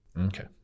Okay